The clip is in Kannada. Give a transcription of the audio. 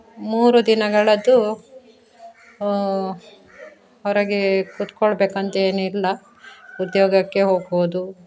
ಮೂರು ದಿನಗಳದ್ದು ಹೊರಗೆ ಕೂತ್ಕೊಳ್ಳಬೇಕಂತೇನಿಲ್ಲ ಉದ್ಯೋಗಕ್ಕೆ ಹೋಗ್ಬೋದು